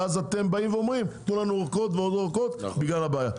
ואז אתם באים ואומרים תנו לנו אורכות ועוד אורכות בגלל הבעיה,